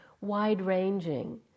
wide-ranging